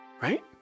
Right